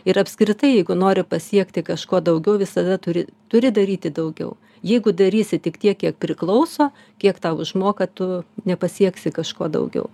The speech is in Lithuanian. ir apskritai jeigu nori pasiekti kažko daugiau visada turi turi daryti daugiau jeigu darysi tik tiek kiek priklauso kiek tau užmoka tu nepasieksi kažko daugiau